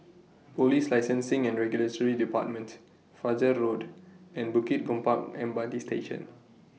Police Licensing and Regulatory department Fajar Road and Bukit Gombak M R T Station